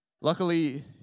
Luckily